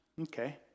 Okay